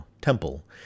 temple